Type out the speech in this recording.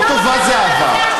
לא טובה, זהבה.